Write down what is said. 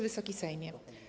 Wysoki Sejmie!